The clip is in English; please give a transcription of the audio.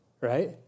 right